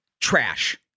trash